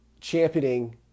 championing